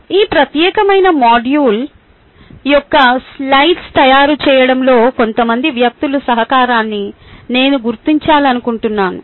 ఈ ప్రత్యేకమైన మాడ్యూల్ యొక్క స్లైడ్లను తయారు చేయడంలో కొంతమంది వ్యక్తుల సహకారాన్ని నేను గుర్తించాలనుకుంటున్నాను